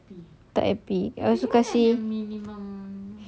macam tak happy lepas tu kasih